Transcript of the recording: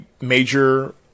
major